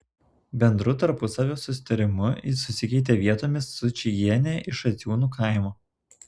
bendru tarpusavio susitarimu jis susikeitė vietomis su čigiene iš jaciūnų kaimo